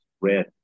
Red